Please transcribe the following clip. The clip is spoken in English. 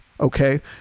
okay